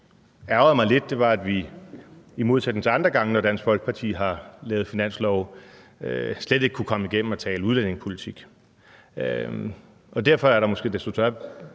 ærgrede mig lidt, var, at vi i modsætning til andre gange, når Dansk Folkeparti har lavet finanslove, slet ikke kunne komme igennem og tale udlændingepolitik. Derfor er der måske en desto større